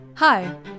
Hi